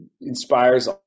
inspires